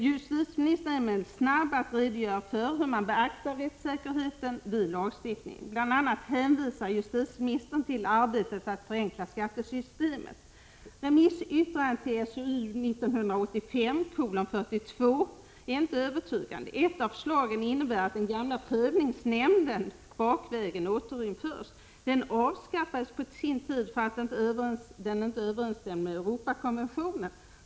Justitieministern är snar att redogöra för hur man beaktar rättssäkerheten vid lagstiftningen. Bl.a. hänvisar justitieministern till arbetet med att förenkla skattesystemet. Remissyttrandena över skatteförenklingskommitténs betänkande, SOU 1985:42, är dock inte övertygande. Ett av förslagen innebär att den gamla prövningsnämnden bakvägen återinförs. Den avskaffades på sin tid för att den inte överensstämde med Europakonventionen.